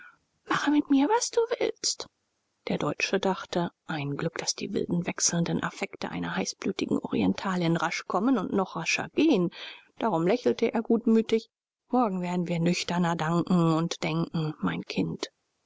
mache mit mir was du willst der deutsche dachte ein glück daß die wilden wechselnden affekte einer heißblütigen orientalin rasch kommen und noch rascher gehen darum lächelte er gutmütig morgen werden wir nüchterner danken und denken mein kind